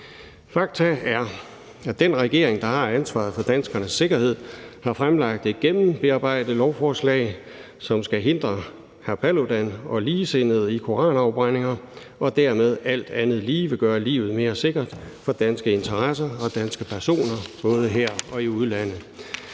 Fakta er, at den regering, der har ansvaret for danskernes sikkerhed, har fremsat et gennembearbejdet lovforslag, som skal hindre hr. Paludan og ligesindede i koranafbrændinger, og dermed alt andet lige vil gøre livet mere sikkert for danske interesser og danske personer både her og i udlandet.